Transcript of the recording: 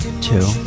Two